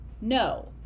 No